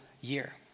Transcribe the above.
year